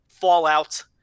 Fallout